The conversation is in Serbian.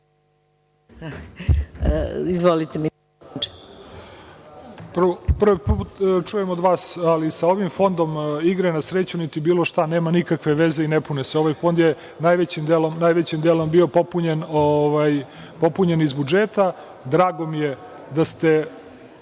Prvi put čujem od vas, ali sa ovim fondom igre na sreću, niti bilo šta, nema nikakve veze i ne pune se. Ovaj fond je najvećim delom bio popunjen iz budžeta. Drago mi je da ste